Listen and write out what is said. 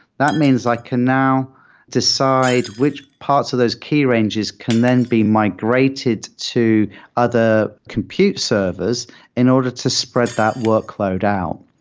that means i can now decide which parts of those key ranges can then be migrated to other compute servers in order to spread that workload out.